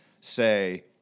say